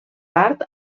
part